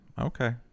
okay